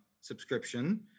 subscription